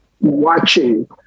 watching